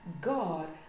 God